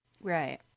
right